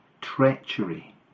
treachery